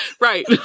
Right